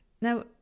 Now